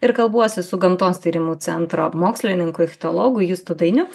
ir kalbuosi su gamtos tyrimų centro mokslininku ichtiologu justu dainiu